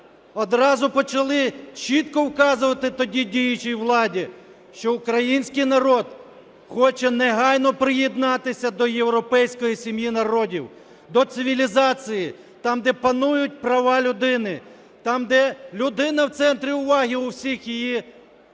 одразу почали чітко вказувати тоді діючій владі, що український народ хоче негайно приєднатися до європейської сім'ї народів, до цивілізації. Там, де панують права людини, там, де людина в центрі уваги в усіх її рухах.